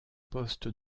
poste